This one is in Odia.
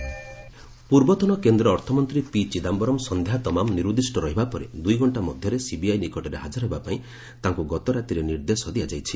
ସିବିଆଇ ଚିଦାମ୍ବରମ୍ ପୂର୍ବତନ କେନ୍ଦ୍ର ଅର୍ଥମନ୍ତ୍ରୀ ପି ଚିଦାମ୍ଘରମ୍ ସନ୍ଧ୍ୟା ତମାମ ନିରୁଦ୍ଦିଷ୍ଟ ରହିବା ପରେ ଦୁଇଘଣ୍ଟା ମଧ୍ୟରେ ସିବିଆଇ ନିକଟରେ ହାଜର ହେବା ପାଇଁ ତାଙ୍କୁ ଗତ ରାତିରେ ନିର୍ଦ୍ଦେଶ ଦିଆଯାଇଛି